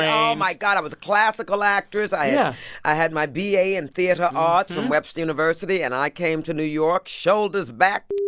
oh, my god, i was a classical actress. i yeah i had my b a. in theatre arts from webster university, and i came to new york shoulders back,